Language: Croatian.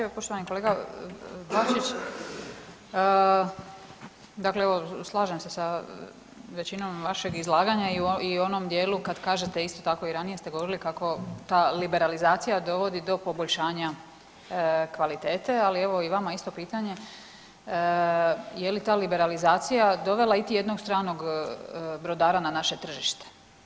Evo poštovani kolega Bačić, dakle slažem se sa većinom vašeg izlaganja i u onom dijelu kad kažete, a isto tako i ranije ste govorili kako ta liberalizacija dovodi do poboljšanja kvalitete, ali evo i vama isto pitanje je li ta liberalizacija dovela itijednog stranog brodara na naše tržište?